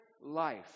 life